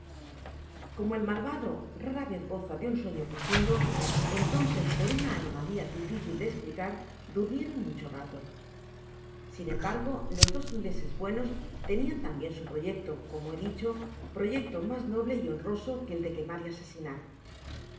como el malvado rara vez goza de un sueño profundo entonces poruña anomalia dificil de esplicar durmieron mucho rato sin embargo los dos ingleses buenos tenian tambiem sa proyecto como he dicho proyecto mas noble y honroso que el de quemar y asesinar